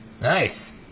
Nice